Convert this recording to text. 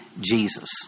Jesus